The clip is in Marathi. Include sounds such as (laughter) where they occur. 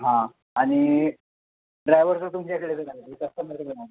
हां आणि ड्रायवरचं तुमच्या इकडे (unintelligible)